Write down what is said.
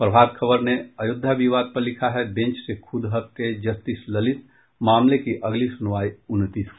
प्रभाात खबर ने अयोध्या विवाद पर लिखा है बेंच से खुद हटे जस्टिस ललित मामले की अगली सुनवाई उनतीस को